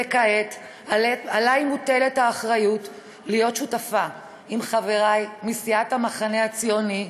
וכעת עליי מוטלת האחריות להיות שותפה עם חבריי מסיעת המחנה הציוני,